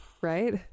Right